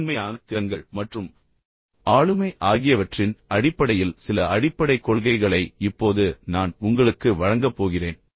மென்மையான திறன்கள் மற்றும் ஆளுமை ஆகியவற்றின் அடிப்படையில் சில அடிப்படை கொள்கைகளை இப்போது நான் உங்களுக்கு வழங்கப் போகிறேன்